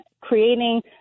creating